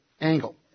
angle